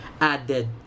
added